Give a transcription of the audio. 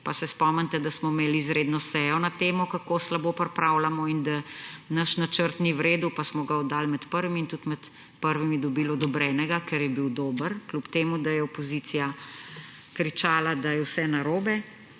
pa se spomnite, da smo imeli izredno sejo na temo, kako slabo pripravljamo in da naš načrt ni v redu. Pa smo ga oddali med prvimi in tudi med prvimi dobili odobrenega, ker je bil dober, čeprav je opozicija kričala, da je vse narobe.